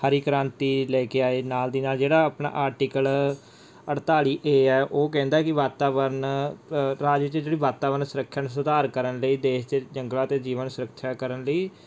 ਹਰੀ ਕ੍ਰਾਂਤੀ ਲੈ ਕੇ ਆਏ ਨਾਲ ਦੀ ਨਾਲ ਜਿਹੜਾ ਆਪਣਾ ਆਰਟੀਕਲ ਅਠਤਾਲੀ ਏ ਹੈ ਉਹ ਕਹਿੰਦਾ ਹੈ ਕਿ ਵਾਤਾਵਰਨ ਰਾਜ ਵਿੱਚ ਜਿਹੜੀ ਵਾਤਾਵਰਨ ਸੁਰੱਖਿਆ ਸੁਧਾਰ ਕਰਨ ਲਈ ਦੇਸ਼ ਦੇ ਜੰਗਲਾਂ ਅਤੇ ਜੀਵਾਂ ਦੀ ਸੁਰੱਖਿਆ ਕਰਨ ਲਈ